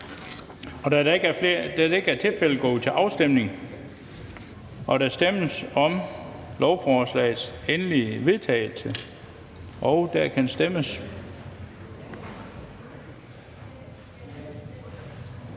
Det er der ikke. Så går vi til afstemning, og der stemmes om lovforslagets endelige vedtagelse, eller er der